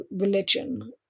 religion